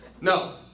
No